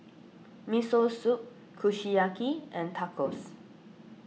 Miso Soup Kushiyaki and Tacos